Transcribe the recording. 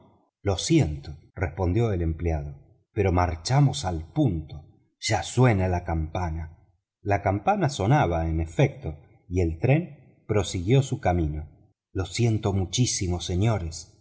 lo siento respondió el empleado pero marchamos al punto ya suena la campana la campana sonaba en efecto y el tren proseguió su camino lo siento muchísimo señores